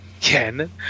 Ken